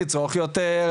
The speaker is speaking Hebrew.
לצרוך יותר,